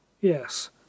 Yes